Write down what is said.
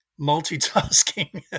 multitasking